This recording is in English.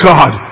God